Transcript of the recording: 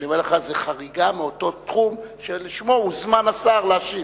אני רק אומר לך שזו חריגה מאותו תחום שלשמו הוזמן השר להשיב.